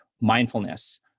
mindfulness